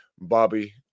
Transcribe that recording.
bobby